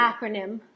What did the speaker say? acronym